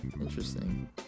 interesting